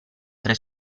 tre